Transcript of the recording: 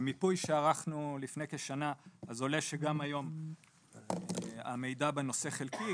ממיפוי שערכנו לפני כשנה אז עולה שגם היום המידע בנושא חלקי,